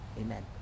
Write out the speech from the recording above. amen